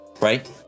right